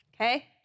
Okay